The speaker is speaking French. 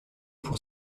pour